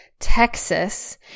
Texas